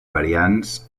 variants